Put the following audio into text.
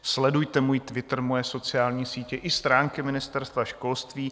Sledujte můj Twitter, moje sociální sítě i stránky Ministerstva školství.